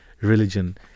religion